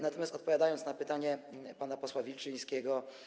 Natomiast odpowiem na pytanie pana posła Wilczyńskiego.